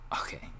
okay